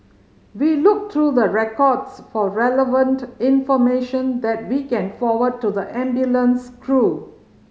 we look through the records for relevant information that we can forward to the ambulance crew